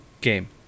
Game